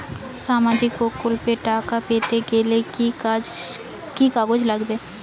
সামাজিক প্রকল্পর টাকা পেতে গেলে কি কি কাগজ লাগবে?